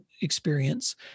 experience